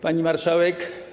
Pani Marszałek!